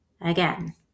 Again